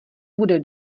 bude